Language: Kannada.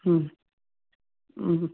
ಹ್ಞೂ ಹ್ಞೂ